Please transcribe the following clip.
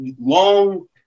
long